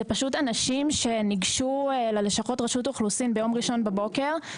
אנשים שניגשו ללשכות רשות אוכלוסין ביום ראשון בבוקר,